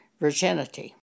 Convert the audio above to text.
virginity